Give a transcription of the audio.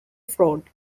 fraud